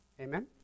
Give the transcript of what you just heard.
Amen